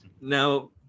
Now